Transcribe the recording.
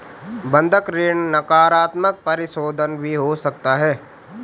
बंधक ऋण नकारात्मक परिशोधन भी हो सकता है